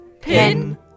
pin